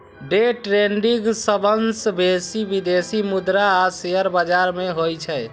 day trading सबसं बेसी विदेशी मुद्रा आ शेयर बाजार मे होइ छै